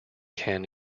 can